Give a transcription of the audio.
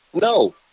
No